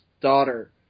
daughter